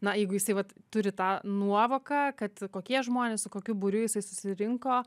na jeigu jisai vat turi tą nuovoką kad kokie žmonės su kokiu būriu jisai susirinko